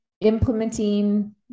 Implementing